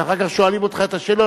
ואחר כך שואלים אותך את השאלות.